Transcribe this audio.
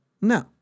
no